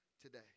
today